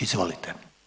Izvolite.